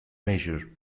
measure